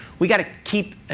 we got to keep and